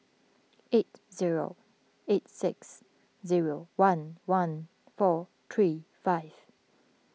eight zero eight six zero one one four three five